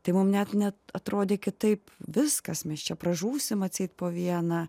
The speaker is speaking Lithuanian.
tai mums net ne atrodė kitaip viskas mes čia pražūsim atseit po vieną